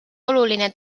oluline